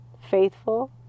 faithful